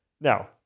Now